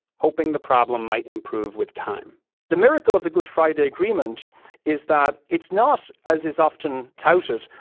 hoping the problem might improve with time the miracle of the good friday agreement is that it's not, as is often touted,